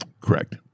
Correct